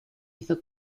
hizo